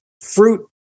Fruit